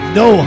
no